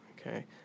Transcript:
Okay